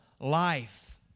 life